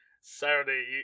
Saturday